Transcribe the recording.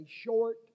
short